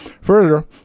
Further